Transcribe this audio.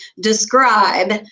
describe